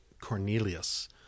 cornelius